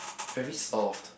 very soft